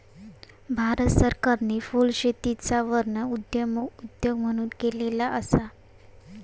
भारत सरकारने फुलशेतीचा वर्णन उदयोन्मुख उद्योग म्हणून केलेलो असा